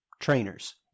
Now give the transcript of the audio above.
trainers